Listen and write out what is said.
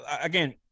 again